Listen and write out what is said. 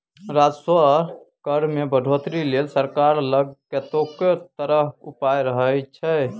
राजस्व कर मे बढ़ौतरी लेल सरकार लग कतेको तरहक उपाय रहय छै